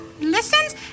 listens